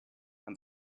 and